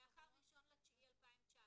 אז איסור הצפייה בצילומים,